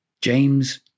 James